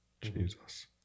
Jesus